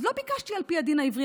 אז לא ביקשתי על פי הדין העברי,